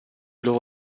loro